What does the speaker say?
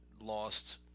lost